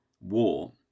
war